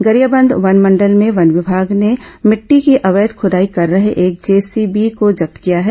गरियाबंद वनमंडल में वन विमाग ने मिट्टी की अवैध खुदाई कर रहे एक जेसीबी को जब्त किया है